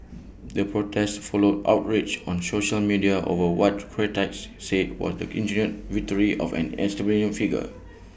the protest followed outrage on social media over what critics say was the engineered victory of an figure